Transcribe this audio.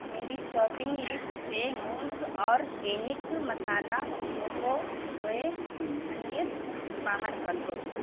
میری shopping list سے موز آرگینک مصالحہ ٹوفو سوئے پنیر باہر کر دو